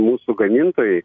mūsų gamintojai